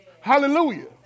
Hallelujah